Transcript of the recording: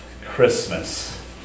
Christmas